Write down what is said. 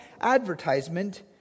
advertisement